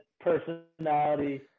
personality